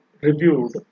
reviewed